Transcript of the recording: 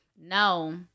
no